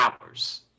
hours